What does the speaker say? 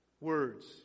Words